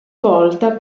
volta